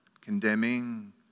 condemning